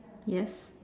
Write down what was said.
yes